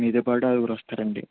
మీతో పాటు ఆరుగురు వస్తారండి